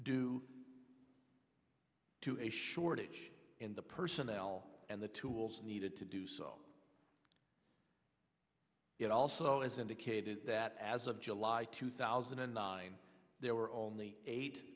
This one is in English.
due to a shortage in the personnel and the tools needed to do so it also is indicated that as of july two thousand and nine there were only eight